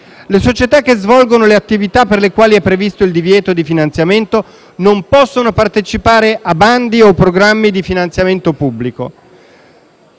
Le società che svolgono le attività per le quali è previsto il divieto di finanziamento non possono partecipare a bandi o programmi di finanziamento pubblico.